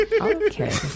okay